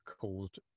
caused